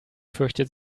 fürchtet